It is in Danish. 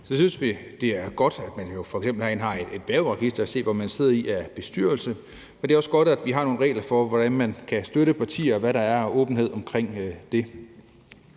Så synes vi, det er godt, at der f.eks. herinde er et hvervregister, så folk kan se, hvilke bestyrelser man sidder i, og det er også godt, at vi har nogle regler for, hvordan man kan støtte partier, og hvad der er af åbenhed om det.